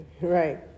Right